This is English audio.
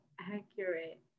accurate